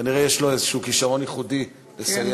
כנראה יש לו איזה כישרון ייחודי לסייע שם.